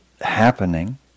happening